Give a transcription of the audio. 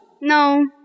No